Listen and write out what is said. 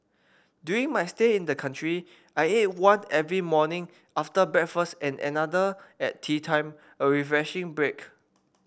during my stay in the country I ate one every morning after breakfast and another at teatime a refreshing break